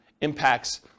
impacts